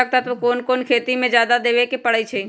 पोषक तत्व क कौन कौन खेती म जादा देवे क परईछी?